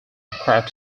craft